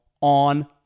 on